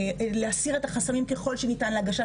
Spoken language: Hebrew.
להסיר את החסמים ככל שניתן להגשת